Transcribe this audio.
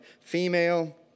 female